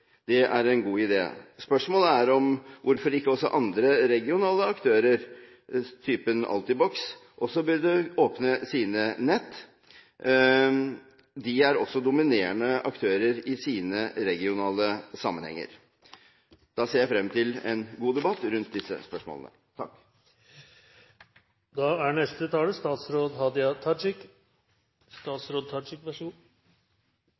Det er en god idé. Spørsmålet er hvorfor ikke også andre regionale aktører, typen Altibox, også burde åpne sine nett. De er også dominerende aktører i sine regionale sammenhenger. Da ser jeg frem til en god debatt rundt disse spørsmålene. Interpellanten har bedt om eit svar på korleis eg vil sikre god